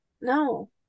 No